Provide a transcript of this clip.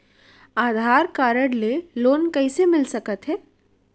आधार card ले loan कइसे मिलिस सकत हे?